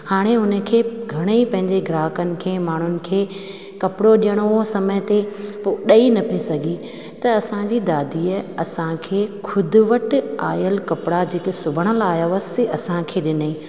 हाणे उन खे घणेई पंहिंजे ग्राहकनि खे माण्हुनि खे कपिड़ो ॾियणो हुओ समय ते ॾई न पई सघे त असांजी दादीअ असांखे ख़ुदि वटि आयल कपिड़ा जेके सुभण लाइ आहिया हुअसि असांखे ॾिनईं